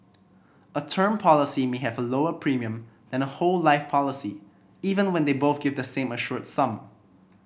a term policy may have a lower premium than a whole life policy even when they both give the same assured sum